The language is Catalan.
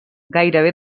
gairebé